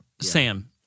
Sam